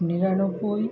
নিরানব্বই